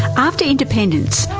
after independence,